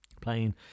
Playing